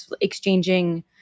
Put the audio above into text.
exchanging